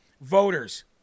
voters